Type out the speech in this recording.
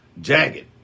Jagged